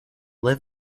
live